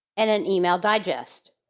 and an email digest.